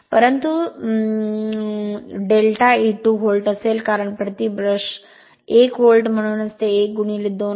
तर परंतु delta E 2 volt असेल कारण प्रति ब्रश 1 व्होल्ट म्हणूनच ते 1 2 आहे